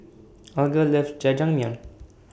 Alger loves Jajangmyeon